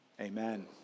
amen